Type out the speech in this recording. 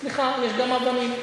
סליחה, יש גם אבנים.